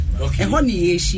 Okay